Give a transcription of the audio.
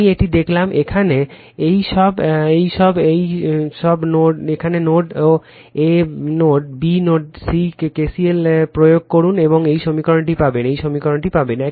আমি একটি দেখালাম এখানে এই সব এই সব এখানে node A node B node C KCL প্রয়োগ করুন এবং এই সমীকরণটি পাবেন এই সমীকরণটি পাবেন